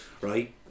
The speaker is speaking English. right